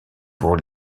pour